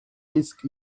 disk